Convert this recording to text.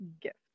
gift